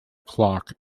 clock